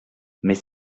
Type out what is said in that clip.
mais